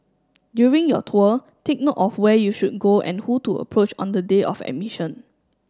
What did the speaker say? during your tour take note of where you should go and who to approach on the day of admission